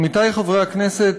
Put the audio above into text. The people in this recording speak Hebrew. עמיתי חברי הכנסת,